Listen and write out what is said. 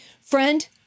Friend